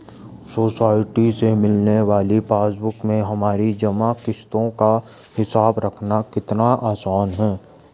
society से मिलने वाली पासबुक में हमारी जमा किश्तों का हिसाब रखना कितना आसान है